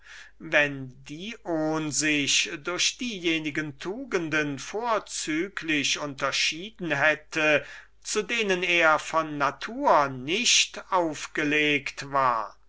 wenn dion sich durch diejenige tugenden vorzüglich unterschieden hätte zu denen er von natur nicht aufgelegt war